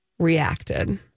reacted